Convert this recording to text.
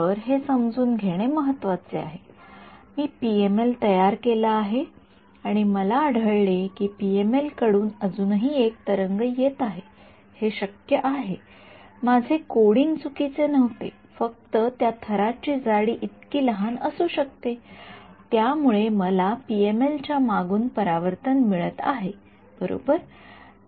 तर हे समजून घेणे महत्वाचे आहे मी पीएमएल तयार केला आहे आणि मला आढळले आहे की पीएमएल कडून अजूनही एक तरंग येत आहे हे शक्य आहे माझे कोडींग चुकीचे नव्हते फक्त त्या थराची जाडी इतकी लहान असू शकते त्यामुळे मला पीएमएल च्या मागून परावर्तन मिळत आहे बरोबर